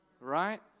Right